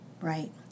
Right